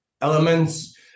elements